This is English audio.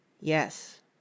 Yes